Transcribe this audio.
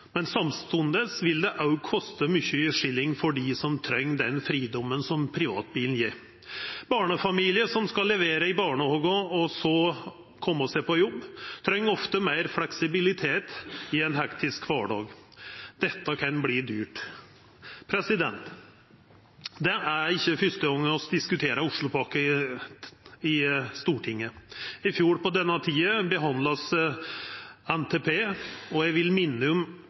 men samstundes vil det òg kosta mykje skilling for dei som treng den fridomen som privatbilen gjev. Barnefamiliar som skal levera i barnehage og så koma seg på jobb, treng ofte meir fleksibilitet i ein hektisk kvardag. Dette kan verta dyrt. Det er ikkje fyrste gongen vi diskuterer Oslopakka i Stortinget. I fjor på denne tida behandla vi NTP, og eg vil